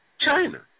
China